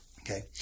Okay